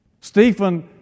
Stephen